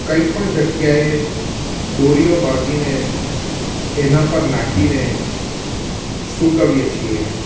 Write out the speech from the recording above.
કંઈ પણ જગ્યાએ દોરીઓ બાંધીને એના પર નાખીને સુકવીએ છીએ